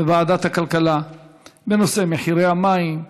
בוועדת הכלכלה בנושא מחירי המים.